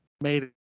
made